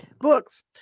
Books